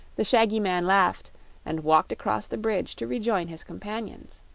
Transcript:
the shaggy man laughed and walked across the bridge to rejoin his companions.